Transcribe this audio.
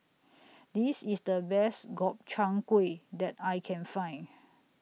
This IS The Best Gobchang Gui that I Can Find